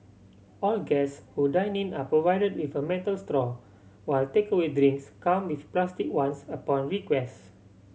all guests who dine in are provided with a metal straw while takeaway drinks come with plastic ones upon request